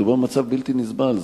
מדובר במצב בלתי נסבל.